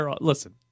listen